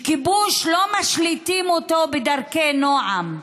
כיבוש לא משליטים בדרכי נועם.